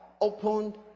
opened